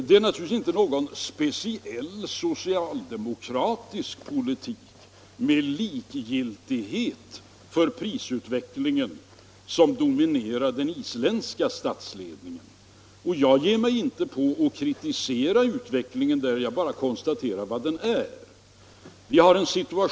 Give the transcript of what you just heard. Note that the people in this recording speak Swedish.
Det är naturligtvis inte fråga om någon speciell socialdemokratisk politik med likgiltighet för prisutvecklingen som dominerar den isländska statsledningen — jag ger mig inte heller in på att kritisera utvecklingen där, utan jag bara konstaterar vad den är.